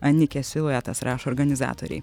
anikės siluetas rašo organizatoriai